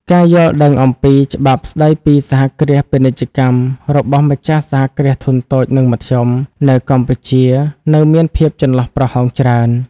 ការយល់ដឹងអំពី "ច្បាប់ស្ដីពីសហគ្រាសពាណិជ្ជកម្ម" របស់ម្ចាស់ សហគ្រាសធុនតូច និងមធ្យម នៅកម្ពុជានៅមានភាពចន្លោះប្រហោងច្រើន។